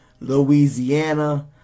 Louisiana